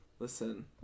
Listen